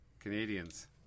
Canadians